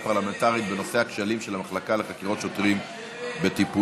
פרלמנטרית בנושא הכשלים של המחלקה לחקירות שוטרים וטיפולה.